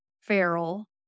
feral